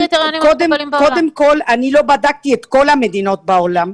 קודם כל, לא בדקתי את כל המדינות בעולם,